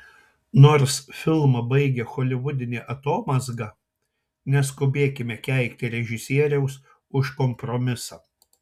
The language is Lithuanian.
nors filmą baigia holivudinė atomazga neskubėkime keikti režisieriaus už kompromisą